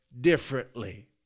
differently